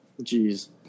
Jeez